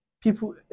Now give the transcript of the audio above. people